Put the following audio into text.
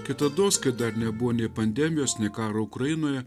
kitados kai dar nebuvo nei pandemijos nei karo ukrainoje